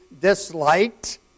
disliked